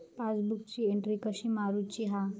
पासबुकाची एन्ट्री कशी मारुची हा?